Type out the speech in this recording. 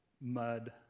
mud